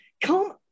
come